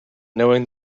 knowing